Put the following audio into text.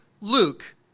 Luke